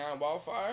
Wildfire